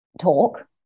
talk